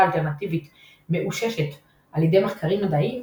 האלטרנטיבית מאוששת על ידי מחקרים מדעיים,